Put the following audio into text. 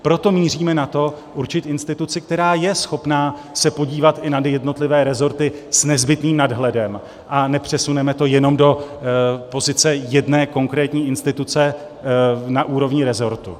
Proto míříme na to určit instituci, která je schopna se podívat i na jednotlivé resorty s nezbytným nadhledem, a nepřesuneme to jenom do pozice jedné konkrétní instituce na úrovni resortu.